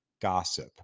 gossip